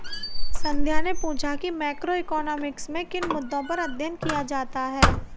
संध्या ने पूछा कि मैक्रोइकॉनॉमिक्स में किन मुद्दों पर अध्ययन किया जाता है